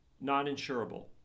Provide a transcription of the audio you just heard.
non-insurable